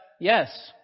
yes